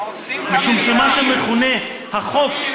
משום שמה שמכונה, הורסים את המדינה.